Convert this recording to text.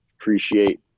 appreciate